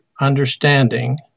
understanding